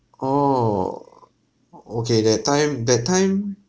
oh o~ okay that time that time